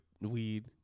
weed